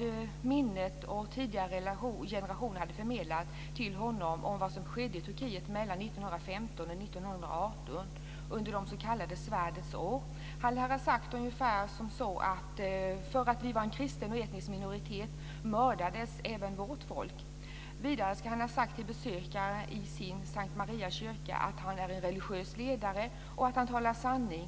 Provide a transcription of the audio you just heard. ur minnet och vad tidigare generationer hade förmedlat till honom om vad som skedde i Turkiet mellan 1915 och 1918, under de s.k. svärdens år. Han lär ha sagt ungefär följande: För att vi var en kristen och etnisk minoritet mördades vårt folk. Vidare ska han ha sagt till besökare i sin kyrka, S:t Maria, att han är en religiös ledare och att han talar sanning.